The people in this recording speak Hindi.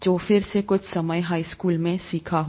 जो फिर से कुछ समय हाई स्कूल में सीखा हो